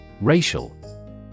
Racial